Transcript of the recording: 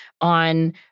on